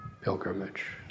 pilgrimage